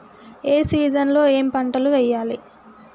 ఏ season లో ఏం పంటలు వెయ్యాలి?